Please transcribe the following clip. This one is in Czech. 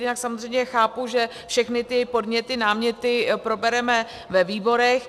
Jinak samozřejmě chápu, že všechny podněty, náměty probereme ve výborech.